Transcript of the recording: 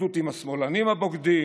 אחדות עם השמאלנים הבוגדים,